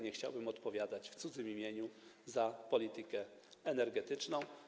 Nie chciałbym odpowiadać w cudzym imieniu za politykę energetyczną.